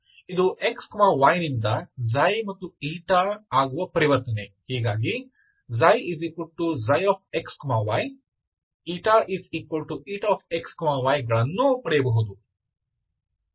ಇದು xy ನಿಂದ ξ ಮತ್ತು η ಆಗುವ ಪರಿವರ್ತನೆ ಹೀಗಾಗಿ ξ ξxy xyಗಳನ್ನೂ ಪಡೆಯಬಹುದು